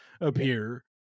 appear